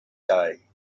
day